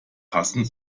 passend